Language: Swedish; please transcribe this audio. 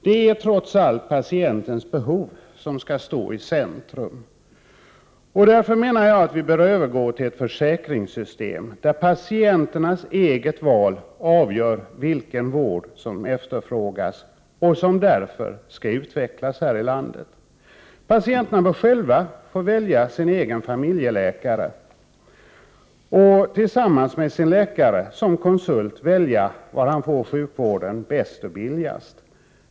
Det är trots allt patientens behov som skall stå i centrum. Därför menar jag att vi bör övergå till ett försäkringssystem där patienternas eget val avgör vilken vård som efterfrågas och som därför skall utvecklas i vårt land. Patienterna bör själva välja sin egen familjeläkare, och tillsammans med sin läkare som konsult välja var han får sjukvården bäst och billigast.